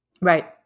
Right